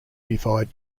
divide